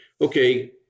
okay